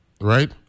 right